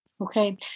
Okay